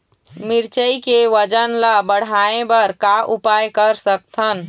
मिरचई के वजन ला बढ़ाएं बर का उपाय कर सकथन?